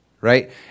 right